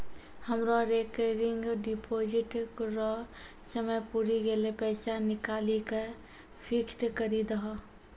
हमरो recurring deposit रो समय पुरी गेलै पैसा निकालि के फिक्स्ड करी दहो